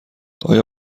آیا